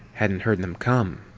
hadn't heard them come.